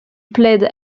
plaide